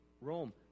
Rome